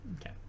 okay